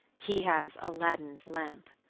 he has aladdin's lamp.